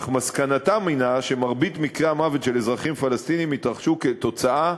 אך מסקנתם היא שמרבית מקרי המוות של אזרחים פלסטינים התרחשו כתוצאה